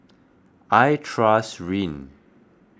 I trust Rene